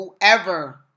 whoever